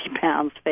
pounds